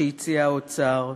שהציע האוצר,